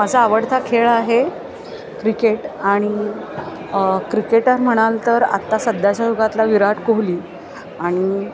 माझा आवडता खेळ आहे क्रिकेट आणि क्रिकेटर म्हणाल तर आत्ता सध्याच्या युगातला विराट कोहली आणि